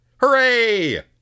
Hooray